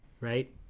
right